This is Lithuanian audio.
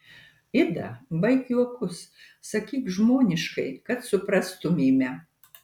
ida baik juokus sakyk žmoniškai kad suprastumėme